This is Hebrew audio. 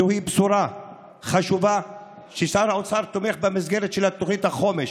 זוהי בשורה חשובה ששר האוצר תומך במסגרת של תוכנית החומש.